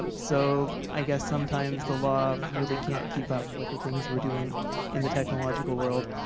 um so i guess sometimes the law really can't keep up with the things we're doing in the technological world.